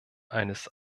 eines